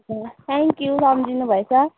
हुन्छ थ्याङ्कयू सम्झिनु भएछ